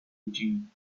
eugene